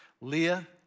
Leah